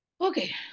Okay